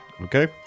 Okay